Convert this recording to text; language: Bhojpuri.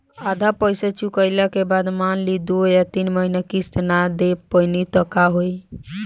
आधा पईसा चुकइला के बाद मान ली दो या तीन महिना किश्त ना दे पैनी त का होई?